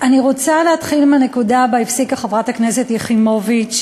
אני רוצה להתחיל מהנקודה שבה הפסיקה חברת הכנסת יחימוביץ,